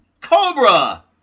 Cobra